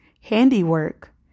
handiwork